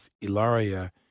Ilaria